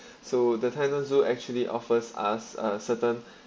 so the tainan zoo actually offers us a certain